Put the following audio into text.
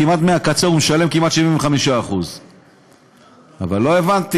כמעט מהקצה הוא משלם כמעט 75%. אבל לא הבנתי,